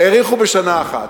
האריכו בשנה אחת.